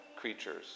creatures